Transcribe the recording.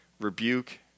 rebuke